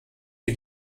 die